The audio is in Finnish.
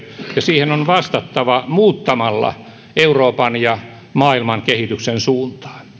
ja siihen on vastattava muuttamalla euroopan ja maailman kehityksen suuntaa